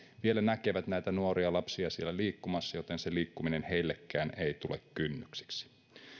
vielä näkevät näitä nuoria lapsia siellä liikkumassa joten se liikkuminen heillekään ei tule kynnykseksi